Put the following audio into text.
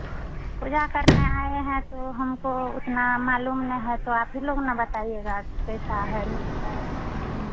पूजा करने आए हैं तो हमको उतना मालूम नहीं है तो आप ही लोग ना बताइएगा की कैसा है नहीं है